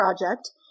project